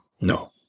No